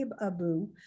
Abu